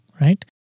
right